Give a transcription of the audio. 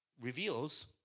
reveals